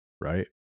Right